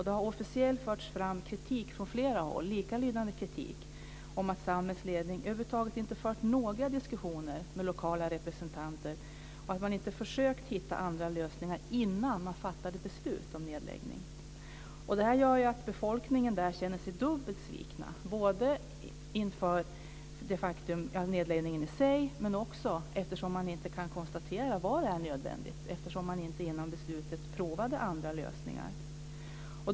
Det har förts fram officiell kritik från flera håll, som varit likalydande, om att Samhalls ledning över huvud taget inte har fört några diskussioner med lokala representanter och inte försökt hitta andra lösningar innan man fattade beslut om nedläggning. Detta gör att befolkningen känner sig dubbelt sviken - både inför faktumet med nedläggningen i sig och eftersom man inte har kunnat konstatera att den var nödvändig. Man provade ju inte andra lösningar före beslutet.